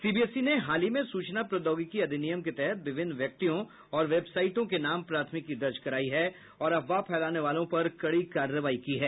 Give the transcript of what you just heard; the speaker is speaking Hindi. सीबीएसई ने हाल ही में सुचना प्रौद्योगिकी अधिनियम के तहत विभिन्न व्यक्तियों और वेबसाइटों के नाम प्राथमिकी दर्ज कराई है और अफवाह फैलाने वालों पर कड़ी कार्रवाई की है